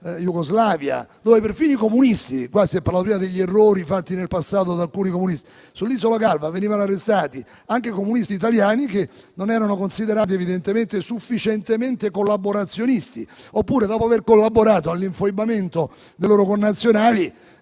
peraltro, prima si è parlato degli errori fatti nel passato da alcuni comunisti e sull'isola Calva venivano arrestati anche i comunisti italiani che evidentemente non erano considerati sufficientemente collaborazionisti, o che, dopo aver collaborato all'infoibamento dei loro connazionali,